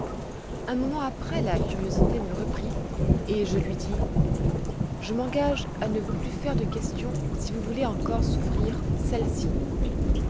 un moment après la curiosité me reprit et je lui dis je m'engage à ne vous plus faire de questions si vous voulez encore souffrir celle-ci